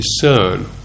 discern